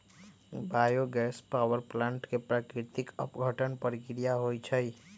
bio gas power plant में प्राकृतिक अपघटन प्रक्रिया होइ छइ